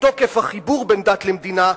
מתוקף החיבור בין דת למדינה,